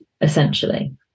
essentially